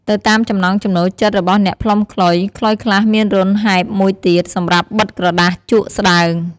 ទៅតាមចំណង់ចំណូលចិត្តរបស់អ្នកផ្លុំខ្លុយ ខ្លុយខ្លះមានរន្ធហែបមួយទៀតសម្រាប់បិទក្រដាសជក់ស្តើង។